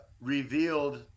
revealed